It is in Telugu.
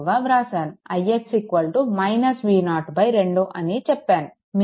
ix V0 2 అని చెప్పాను